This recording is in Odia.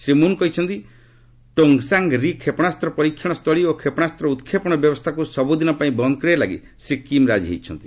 ଶ୍ରୀ ମୁନ୍ କହିଛନ୍ତି ଟୋଙ୍ଗ୍ଚାଙ୍ଗ୍ ରି କ୍ଷେପଣାସ୍ତ ପରୀକ୍ଷଣ ସ୍ଥଳୀ ଓ କ୍ଷେପଣାସ୍ତ ଉତ୍କ୍ଷେପଣ ବ୍ୟବସ୍ଥାକୁ ସବୁଦିନପାଇଁ ବନ୍ଦ୍ କରିବା ଲାଗି ଶ୍ରୀ କିମ୍ ରାଜି ହୋଇଛନ୍ତି